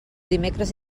dimecres